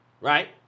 Right